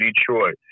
Detroit